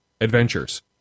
Adventures